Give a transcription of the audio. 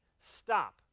stop